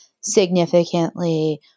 significantly